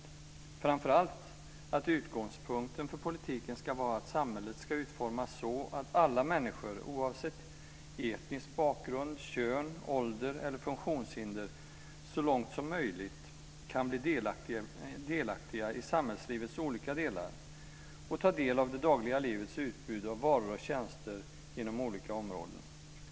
Det är framför allt att utgångspunkten för politiken ska vara att samhället ska utformas så att alla människor oavsett etnisk bakgrund, kön, ålder eller funktionshinder så långt som möjligt kan bli delaktiga i samhällslivets olika delar och ta del av det dagliga livets utbud av varor och tjänster inom olika områden.